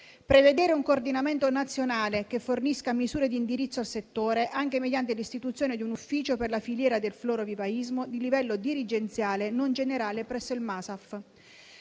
prevedere un coordinamento nazionale che fornisca misure di indirizzo al settore, anche mediante l'istituzione di un ufficio per la filiera del florovivaismo di livello dirigenziale, non generale, presso il MASAF;